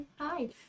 Hi